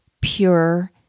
pure